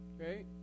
Okay